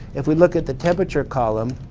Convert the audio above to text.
if we look at the temperature column,